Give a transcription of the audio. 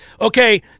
okay